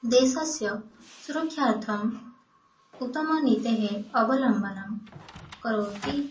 देशस्य सुरक्षार्थम् उत्तमनीतेः अवलम्बनं करोति